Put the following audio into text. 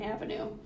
Avenue